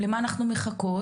למה אנחנו מחכות?